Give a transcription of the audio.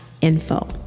info